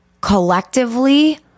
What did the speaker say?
collectively